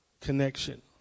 connection